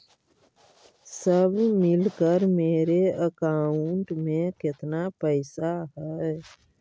सब मिलकर मेरे अकाउंट में केतना पैसा है?